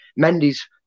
Mendy's